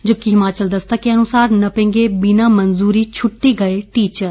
जबकि हिमाचल दस्तक के अनुसार नपेंगे बिना मंजूरी छुटटी गए टीचर